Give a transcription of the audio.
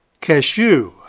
cashew